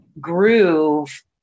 groove